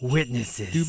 Witnesses